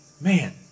man